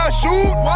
shoot